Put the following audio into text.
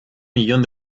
millón